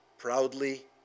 proudly